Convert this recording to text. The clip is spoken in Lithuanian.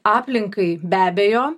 aplinkai be abejo